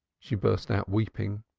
she burst out weeping.